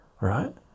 right